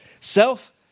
self